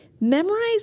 Memorize